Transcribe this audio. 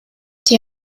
die